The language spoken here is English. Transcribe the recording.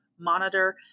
monitor